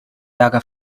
ärger